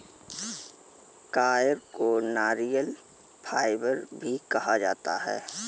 coir को नारियल fibre भी कहा जाता है